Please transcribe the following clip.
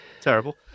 Terrible